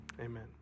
Amen